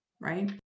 right